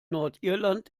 nordirland